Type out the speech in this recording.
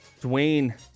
Dwayne